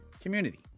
community